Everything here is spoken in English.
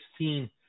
16